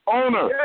owner